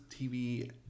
TV